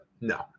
No